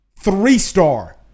Three-star